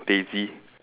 Daisy